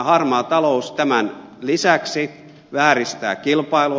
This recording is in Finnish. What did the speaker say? harmaa talous tämän lisäksi vääristää kilpailua